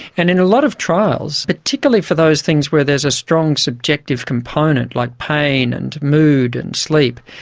and in a lot of trials, particularly for those things where there is a strong subjective component, like pain and mood and sleep,